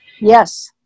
Yes